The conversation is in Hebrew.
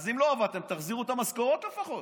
אז אם לא עבדתם, תחזירו את המשכורות לפחות.